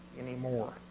anymore